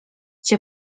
cię